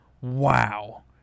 wow